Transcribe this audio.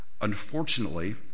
Unfortunately